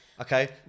Okay